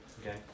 okay